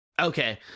Okay